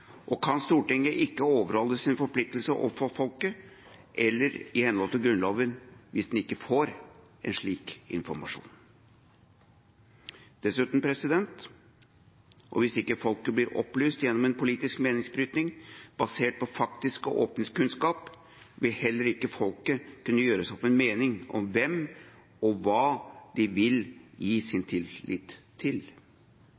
Stortinget kan ikke overholde sine forpliktelser overfor folket eller i henhold til Grunnloven hvis det ikke får en slik informasjon. Dessuten: Hvis ikke folket blir opplyst gjennom en politisk meningsbryting, basert på faktisk og åpen kunnskap, vil heller ikke folket kunne gjøre seg opp en mening om hvem og hva de vil gi sin tillit til.